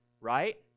right